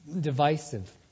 divisive